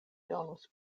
donus